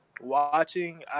Watching